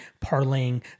parlaying